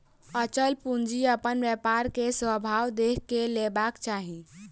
अचल पूंजी अपन व्यापार के स्वभाव देख के लेबाक चाही